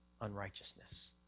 unrighteousness